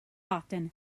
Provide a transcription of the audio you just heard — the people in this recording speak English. often